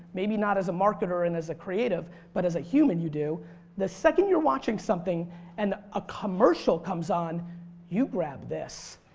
maybe not as a marketer and as a creative but as a human you do the second you're watching something and a commercial comes on you grab this.